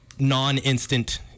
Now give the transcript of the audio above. non-instant